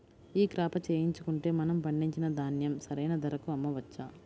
ఈ క్రాప చేయించుకుంటే మనము పండించిన ధాన్యం సరైన ధరకు అమ్మవచ్చా?